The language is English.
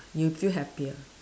you feel happier